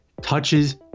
touches